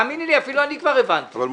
אז תגיד